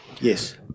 Yes